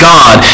God